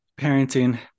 parenting